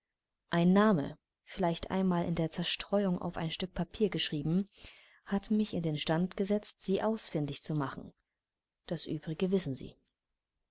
ein name vielleicht einmal in der zerstreuung auf ein stück papier geschrieben hat mich in den stand gesetzt sie ausfindig zu machen das übrige wissen sie